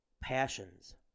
passions